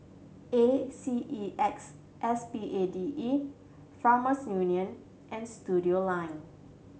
A C E X S P A D E Farmers Union and Studioline